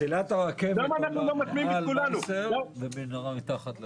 מסילת הרכבת עוברת מעל מייסר ובמנהרה מתחת לחריש.